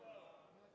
Дякую